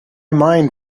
mind